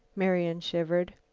marian shivered.